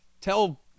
tell